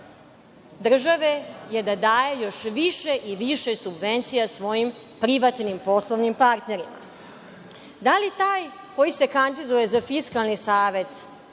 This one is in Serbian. države je da daje još više i više subvencija svojim privatnim poslovnim partnerima? Da li taj koji se kandiduje za Fiskalni savet